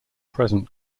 present